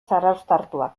zarauztartuak